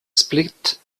split